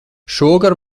šovakar